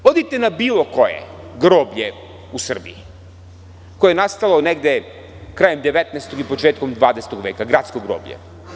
Idite na bilo koje groblje u Srbiji koje je nastalo negde krajem 19. i početkom 20. veka, gradsko groblje.